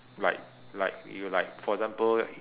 like like you like for example